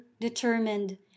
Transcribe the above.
determined